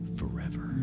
forever